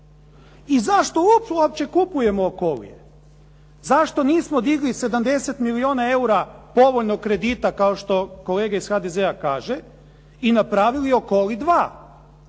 I zašto uopće kupujemo Okolije? Zašto nismo digli 70 milijuna eura povoljnog kredita kao što kolege iz HDZ-a kaže i napravili Okoli 2?